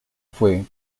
fue